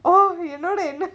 oh you know that you're not